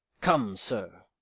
come, sir,